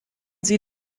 sie